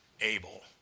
able